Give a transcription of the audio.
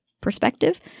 perspective